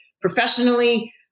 professionally